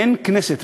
אין כנסת,